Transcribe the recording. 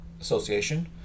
Association